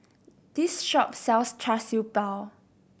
this shop sells Char Siew Bao